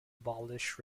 abolish